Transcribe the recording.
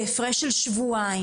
בהפרש של שבועיים?